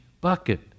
bucket